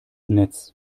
netz